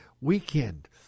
weekend